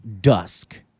dusk